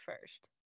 first